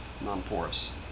non-porous